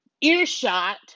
earshot